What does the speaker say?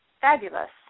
Fabulous